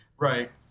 Right